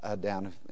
down